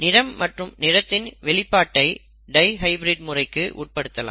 நிறம் மற்றும் நிறத்தின் வெளிப்பாட்டை டைஹைபிரிட் முறைக்கு உட்படுத்தலாம்